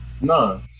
No